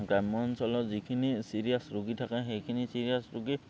গ্ৰাম্য অঞ্চলৰ যিখিনি চিৰিয়াছ ৰোগী থাকে সেইখিনি চিৰিয়াছ ৰোগী